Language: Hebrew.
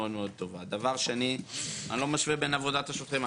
אני לא משווה בין עבודת השוטרים.